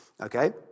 Okay